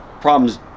problem's